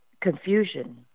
confusion